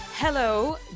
Hello